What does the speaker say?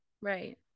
right